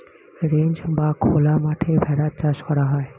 ranch বা খোলা মাঠে ভেড়ার চাষ করা হয়